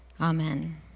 Amen